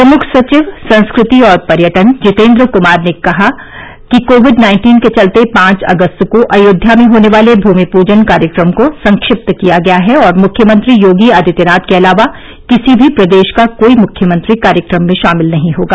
प्रमुख सचिव संस्कृति और पर्यटन जितेन्द्र कुमार ने कहा है कि कोविड नाइन्टीन के चलते पांच अगस्त को अयोध्या में होने वाले भूमि पूजन कार्यक्रम को संक्षिप्त किया गया है और मुख्यमंत्री योगी आदित्यनाथ के अलावा किसी भी प्रदेश का कोई मुख्यमंत्री कार्यक्रम में शामिल नहीं होगा